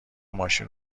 ماشین